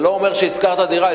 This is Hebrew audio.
זה לא אומר שאם שכרת דירה,